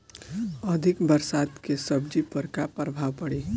अधिक बरसात के सब्जी पर का प्रभाव पड़ी?